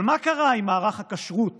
אבל מה קרה עם מערך הכשרות